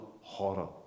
horror